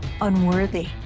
unworthy